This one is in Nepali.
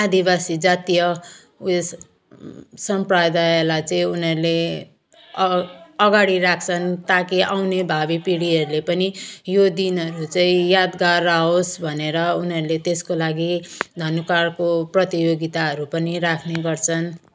आदिवासी जातीय उयस सम्प्रदायलाई चाहिँ उनीहरूले अगाउ अगाडि राख्छन् ताकि आउने भावीपिँढीहरूले पनि यो दिनहरू चाहिँ यादगार रहोस् भनेर उनीहरूले त्यसको लागि धनुकाँडको प्रतियोगिताहरू पनि राख्ने गर्छन्